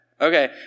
Okay